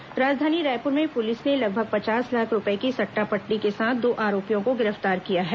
IPL सट्टा राजधानी रायपुर में पुलिस ने लगभग पचास लाख रूपये की सट्टा पट्टी के साथ दो आरोपियों को गिरफ्तार किया है